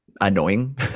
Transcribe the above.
annoying